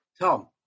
Tom